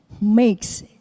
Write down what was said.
makes